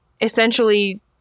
Essentially